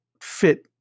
fit